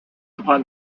upon